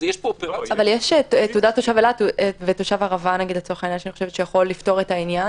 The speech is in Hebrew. אבל יש תעודת תושב אילת ותושב ערבה שיכול לפתור את העניין.